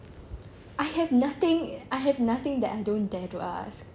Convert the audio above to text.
I have nothing I have nothing that I don't dare to ask